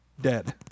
dead